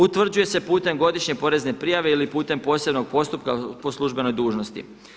Utvrđuje se putem godišnje porezne prijave ili putem posebnog postupka po službenoj dužnosti.